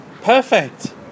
Perfect